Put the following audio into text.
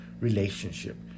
relationship